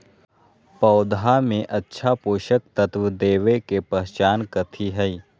पौधा में अच्छा पोषक तत्व देवे के पहचान कथी हई?